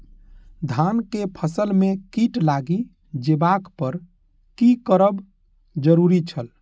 धान के फसल में कीट लागि जेबाक पर की करब जरुरी छल?